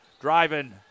Driving